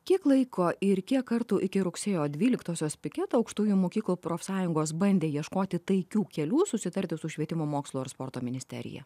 kiek laiko ir kiek kartų iki rugsėjo dvyliktosios piketo aukštųjų mokyklų profsąjungos bandė ieškoti taikių kelių susitarti su švietimo mokslo ir sporto ministerija